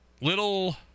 Little